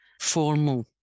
formal